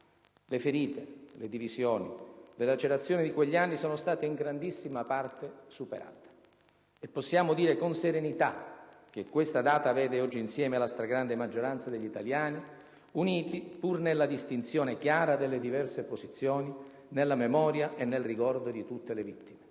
Le ferite, le divisioni, le lacerazioni di quegli anni sono state in grandissima parte superate. E possiamo dire con serenità che questa data vede oggi insieme la stragrande maggioranza degli italiani, uniti - pur nella distinzione chiara delle diverse posizioni - nella memoria e nel ricordo di tutte le vittime.